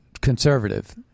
conservative